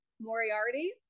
Moriarty